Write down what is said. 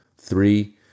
three